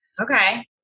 Okay